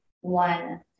one